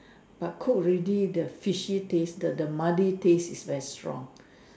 but cook already the fishy taste the the muddy taste is very strong